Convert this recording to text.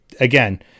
again